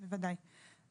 בוודאי,